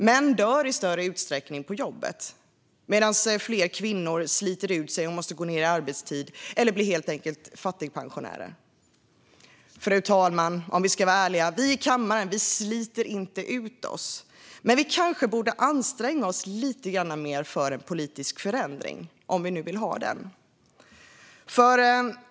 Män dör i större utsträckning på jobbet medan fler kvinnor sliter ut sig och måste gå ned i arbetstid eller helt enkelt bli fattigpensionärer. Fru talman! Om vi ska vara ärliga; vi i kammaren sliter inte ut oss, men kanske borde vi anstränga oss lite mer för politisk förändring - om vi vill ha den.